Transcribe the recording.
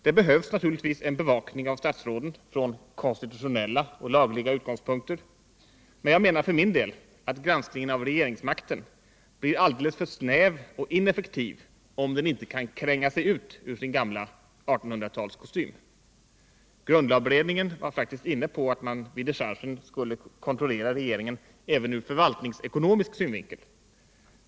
Det behövs naturligtvis en bevakning av statsråden från konstitutionella och lagliga utgångspunkter, men jag menar för min del att granskningen av regeringsmakten blir alldeles för snäv och ineffektiv, om den inte kan kränga sig ut ur sin gamla 1800-talskostym. Grundlagberedningen var faktiskt inne på att man vid dechargen skulle kontrollera regeringen även ur förvaltningsekonomisk synvinkel.